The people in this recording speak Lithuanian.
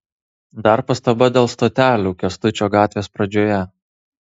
dar pastaba dėl stotelių kęstučio gatvės pradžioje